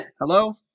hello